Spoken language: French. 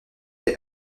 des